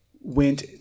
went